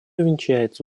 увенчается